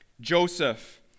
Joseph